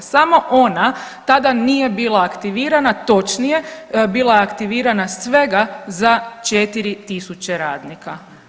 Samo ona tada nije bila aktivirana, točnije bila je aktivirana svega za 4 tisuće radnika.